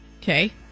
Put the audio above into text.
Okay